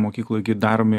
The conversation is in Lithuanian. mokykloj gi daromi